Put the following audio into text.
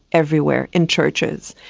everywhere, in churches.